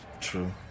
True